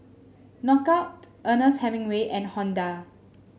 Knockout Ernest Hemingway and Honda